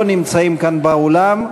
לא נמצאים כאן באולם,